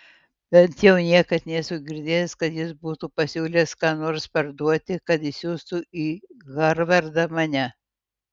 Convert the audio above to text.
bent jau niekad nesu girdėjęs kad jis būtų pasiūlęs ką nors parduoti kad išsiųstų į harvardą mane